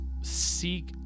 seek